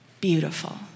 beautiful